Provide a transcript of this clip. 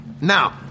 Now